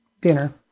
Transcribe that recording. dinner